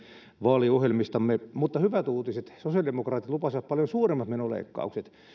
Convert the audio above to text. vaaliohjelmistamme mutta hyvät uutiset sosiaalidemokraatit lupasivat paljon suuremmat menoleikkaukset